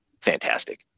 fantastic